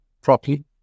properly